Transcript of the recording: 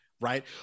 right